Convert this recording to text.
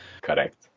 Correct